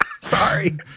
Sorry